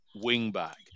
wing-back